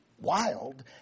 wild